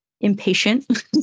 impatient